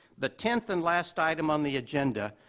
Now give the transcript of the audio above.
the tenth and last item on the agenda,